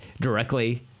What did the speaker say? directly